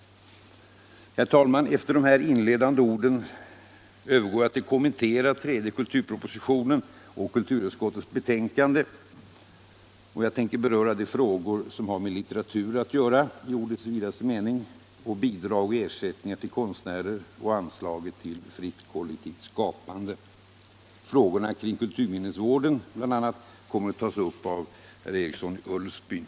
Herr talman! Efter de här inledande orden övergår jag till att kommentera tredje kulturpropositionen och kulturutskottets betänkande. Jag tänker beröra de frågor som har med litteratur att göra 1 ordets vidaste mening, bidrag och ersättningar till konstnärer och anslaget till fritt kollektivt skapande. Frågorna kring bl.a. kulturminnesvården kommer att tas upp av herr Eriksson i Ulfsbyn.